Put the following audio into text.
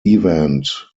event